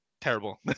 Terrible